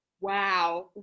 Wow